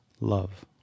love